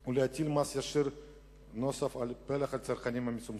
הוא להטיל מס ישיר נוסף על פלח צרכנים מצומצם,